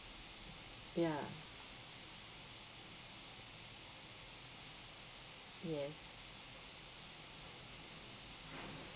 ya yes